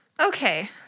okay